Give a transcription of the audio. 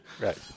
Right